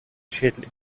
schädling